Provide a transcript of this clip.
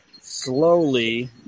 slowly